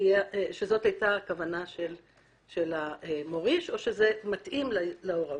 הייתה כוונת המוריש או שזה מתאים להוראותיו.